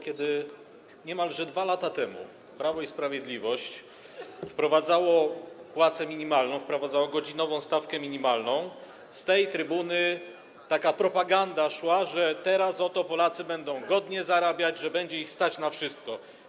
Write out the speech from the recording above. Kiedy niemalże 2 lata temu Prawo i Sprawiedliwość wprowadzało płacę minimalną, wprowadzało godzinową stawkę minimalną, z tej trybuny szła taka propaganda, że teraz oto Polacy będą godnie zarabiać i będzie ich stać na wszystko.